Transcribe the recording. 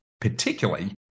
particularly